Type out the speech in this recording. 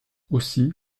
aussi